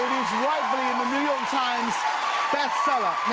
rightfully in the new york times best seller.